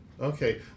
okay